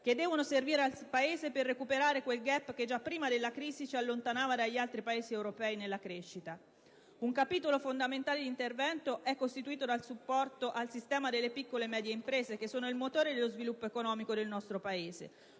che devono servire al Paese per recuperare quel *gap* che già prima della crisi ci allontanava dagli altri Paesi europei nella crescita. Un capitolo fondamentale di intervento è costituito dal supporto al sistema delle piccole e medie imprese, che sono il motore dello sviluppo economico del nostro Paese.